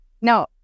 No